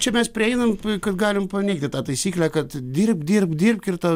čia mes prieinam kad galim paneigti tą taisyklę kad dirbk dirbk dirbk ir tau